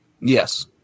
yes